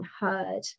heard